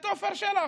את עפר שלח,